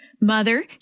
Mother